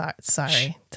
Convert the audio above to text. Sorry